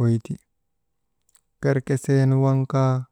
kucikgu kaa, kochomborgu kaa.